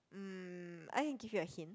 um I can give you a hint